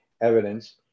evidence